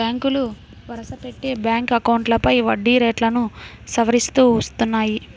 బ్యాంకులు వరుసపెట్టి బ్యాంక్ అకౌంట్లపై వడ్డీ రేట్లను సవరిస్తూ వస్తున్నాయి